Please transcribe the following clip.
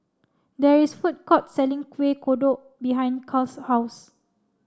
there is a food court selling Kueh Kodok behind Cal's house